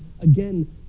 again